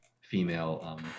female